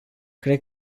cred